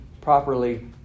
properly